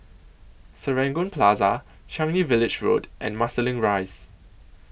Serangoon Plaza Changi Village Road and Marsiling Rise